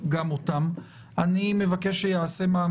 אז אני מבקש גם מן